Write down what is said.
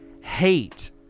hate